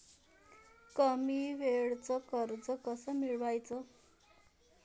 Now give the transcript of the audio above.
कमी वेळचं कर्ज कस मिळवाचं?